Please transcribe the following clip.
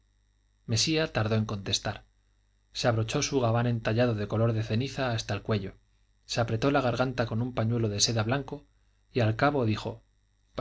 mesía tardó en contestar se abrochó su gabán entallado de color de ceniza hasta el cuello se apretó a la garganta un pañuelo de seda blanco y al cabo dijo